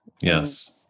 Yes